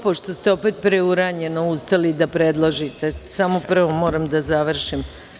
Pošto se opet preuranjeno ustali da predložite, samo prvo moram da završim.